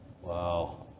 wow